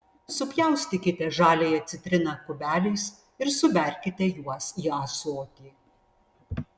supjaustykite žaliąją citriną kubeliais ir suberkite juos į ąsotį